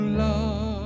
love